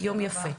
יום יפה.